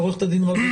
חברת הכנסת רווה,